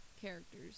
characters